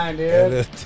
dude